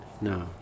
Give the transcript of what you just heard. No